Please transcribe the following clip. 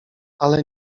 ale